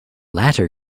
latter